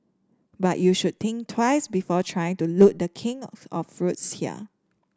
but you should think twice before trying to loot the king of of fruits here